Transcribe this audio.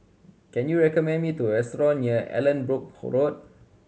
can you recommend me to a restaurant near Allanbrooke Road